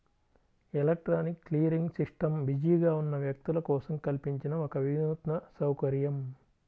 electronic clearing system బిజీగా ఉన్న వ్యక్తుల కోసం కల్పించిన ఒక వినూత్న సౌకర్యం